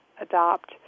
adopt